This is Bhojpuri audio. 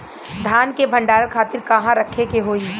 धान के भंडारन खातिर कहाँरखे के होई?